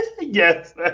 yes